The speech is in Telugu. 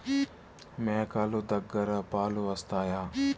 మేక లు దగ్గర పాలు వస్తాయా?